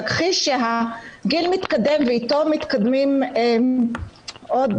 להכחיש שהגיל מתקדם ואיתו מתקדמים עוד